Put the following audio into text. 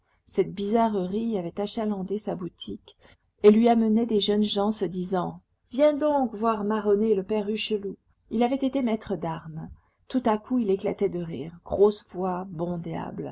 cette bizarrerie avait achalandé sa boutique et lui amenait des jeunes gens se disant viens donc voir maronner le père hucheloup il avait été maître d'armes tout à coup il éclatait de rire grosse voix bon